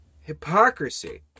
Hypocrisy